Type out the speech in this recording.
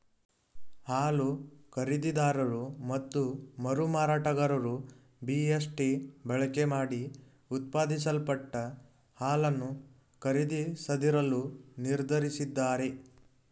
ಹಾಲು ಖರೀದಿದಾರರು ಮತ್ತು ಮರುಮಾರಾಟಗಾರರು ಬಿ.ಎಸ್.ಟಿ ಬಳಕೆಮಾಡಿ ಉತ್ಪಾದಿಸಲ್ಪಟ್ಟ ಹಾಲನ್ನು ಖರೀದಿಸದಿರಲು ನಿರ್ಧರಿಸಿದ್ದಾರೆ